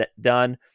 done